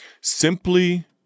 simply